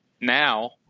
now